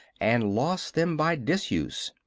and lost them by disuse.